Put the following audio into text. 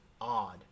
odd